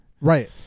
Right